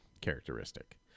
characteristic